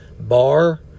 Bar